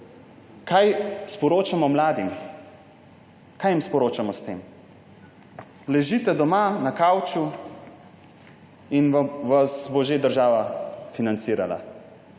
Kaj sporočamo mladim? Kaj jim sporočamo s tem? Ležite doma na kavču in vas bo že država financirala.